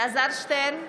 אלעזר שטרן,